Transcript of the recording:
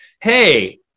hey